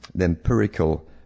empirical